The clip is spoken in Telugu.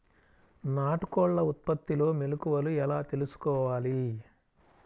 నాటుకోళ్ల ఉత్పత్తిలో మెలుకువలు ఎలా తెలుసుకోవాలి?